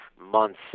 months